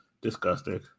Disgusting